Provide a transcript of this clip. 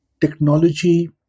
technology